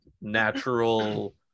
natural